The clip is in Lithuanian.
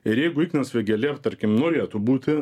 ir jeigu ignas vėgėlė ar tarkim norėtų būti